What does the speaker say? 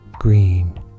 green